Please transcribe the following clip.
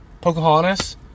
Pocahontas